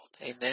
Amen